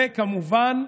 וכמובן,